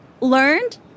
learned